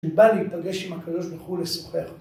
כי בא להיפגש עם הקדוש ברוך הוא לשוחח.